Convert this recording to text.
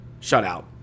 shutout